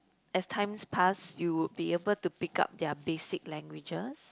as times pass you would be able to pick up their basic languages